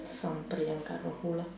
some Priyanka lah